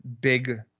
big